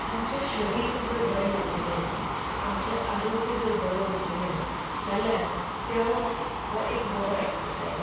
आमचें शरीर जर बरें उरतलें आमचें आरोग्य जर बरें उरतलें जाल्यार पेंवप हो एक बरो एक्सससायज